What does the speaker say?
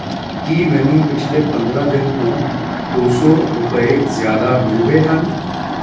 ਕੀ ਮੈਨੂੰ ਪਿਛਲੇ ਪੰਦਰ੍ਹਾਂ ਦਿਨ ਤੋਂ ਦੋ ਸੌ ਰੁਪਏ ਜ਼ਿਆਦਾ ਮਿਲ ਗਏ ਹਨ